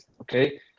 okay